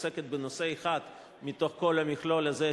שעוסקת בנושא אחד מכל המכלול הזה,